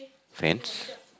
fence